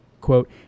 quote